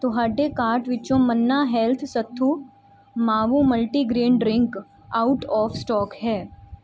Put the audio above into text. ਤੁਹਾਡੇ ਕਾਰਟ ਵਿੱਚੋਂ Manna health sattu maavu multigrain drink out of stock ਹੈ